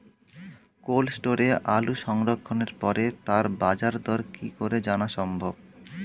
Cold স্টোরে আলু সংরক্ষণের পরে তার বাজারদর কি করে জানা সম্ভব?